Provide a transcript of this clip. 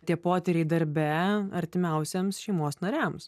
tie potyriai darbe artimiausiems šeimos nariams